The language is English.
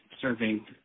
Serving